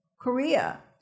Korea